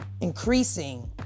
increasing